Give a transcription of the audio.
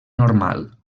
normal